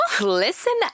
listen